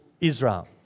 Israel